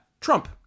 Trump